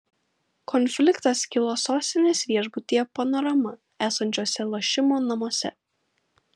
konfliktas kilo sostinės viešbutyje panorama esančiuose lošimo namuose